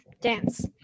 Dance